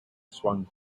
swung